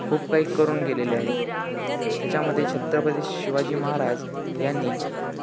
खूप काही करून गेलेले आहेत त्याच्यामध्ये छत्रपती शिवाजी महाराज यांनी